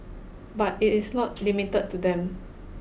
but it is not limited to them